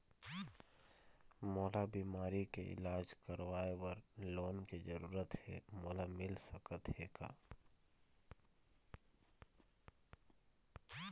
मोला बीमारी के इलाज करवाए बर लोन के जरूरत हे मोला मिल सकत हे का?